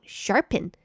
sharpen